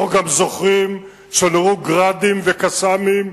אנחנו גם זוכרים שנורו "גראדים" ו"קסאמים",